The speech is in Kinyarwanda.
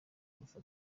alpha